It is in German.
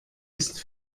ist